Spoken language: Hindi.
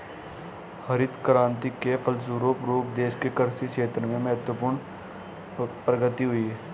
हरित क्रान्ति के फलस्व रूप देश के कृषि क्षेत्र में महत्वपूर्ण प्रगति हुई